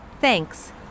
Thanks